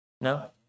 No